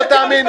לא תאמינו.